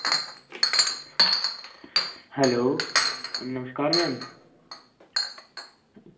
hello नमस्कार ma'am